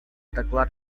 доклад